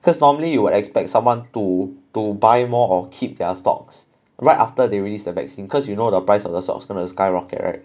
because normally you would expect someone to to buy more or keep their stocks right after they released the vaccine because you know the price of stocks going to skyrocket right